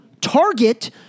target